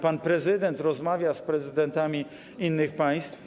Pan prezydent rozmawia z prezydentami innych państw.